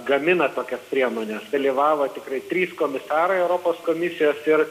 gamina tokias priemones dalyvavo tikrai trys komisarai europos komisijos ir